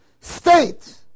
state